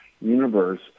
universe